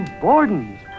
Borden's